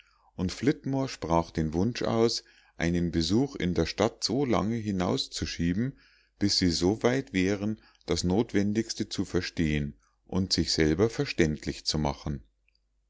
und flitmore sprach den wunsch aus einen besuch in der stadt so lange hinauszuschieben bis sie so weit wären das notwendigste zu verstehen und sich selber verständlich zu machen